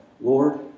Lord